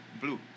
Blue